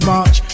March